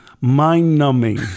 mind-numbing